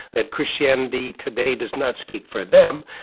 that christianity today does not speak for them.